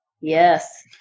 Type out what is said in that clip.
yes